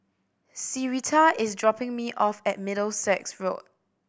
syreeta is dropping me off at Middlesex Road